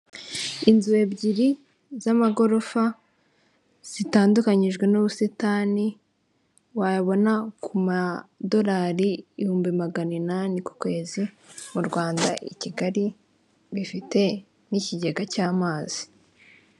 Inzu ebyiri z'amagorofa zitandukanyijwe n'ubusitani wayabona ku madolari ibihumbi magana inani ku kwezi mu Rwanda i Kigali bifite n'ikigega cy'amazi.